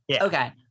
Okay